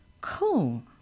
Cool